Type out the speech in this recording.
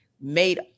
made